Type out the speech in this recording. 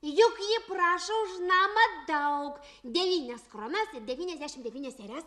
juk ji prašo už namą daug devynias kronas ir devyniasdešimt devynias erias